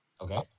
Okay